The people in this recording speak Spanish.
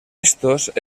estos